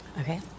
Okay